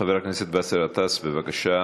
חבר הכנסת באסל גטאס, בבקשה.